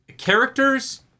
Characters